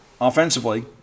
offensively